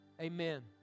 amen